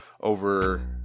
over